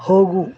ಹೋಗು